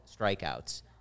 strikeouts